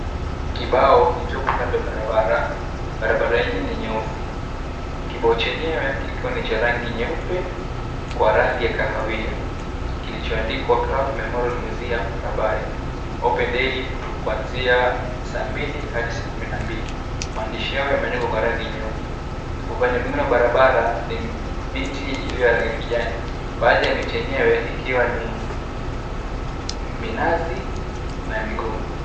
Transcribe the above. Kibao kilichoko kando ya barabara .Barabara yenyewe ni nyeusi .Kibao chenyewe ni cha rangi nyeupe kwa rangi ya kahawia kilichoandikwa kraft memorial museum rabai open daily kuanzia saa mbili hadi saa kumi na mbili. Maandishi hayo yameandikwa kwa rangi nyeupe. Upande mwingine wa barabara ni miti iliyo ya kijani, baadhi ya miti yenyewe ikiwa ni minazi na migomba.